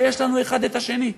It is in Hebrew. ויש לנו אחד את השני.